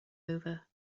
over